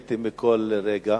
נהניתי מכל רגע.